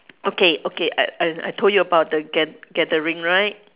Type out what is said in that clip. okay okay I I I told you about the gather~ gathering right